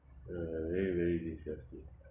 uh very very disgusting